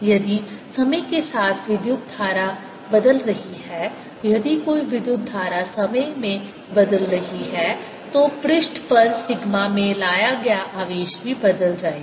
यदि समय के साथ विद्युत धारा बदल रही है यदि कोई विद्युत धारा समय में बदल रही है तो पृष्ठ पर सिग्मा में लाया गया आवेश भी बदल जाएगा